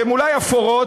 שהן אולי אפורות,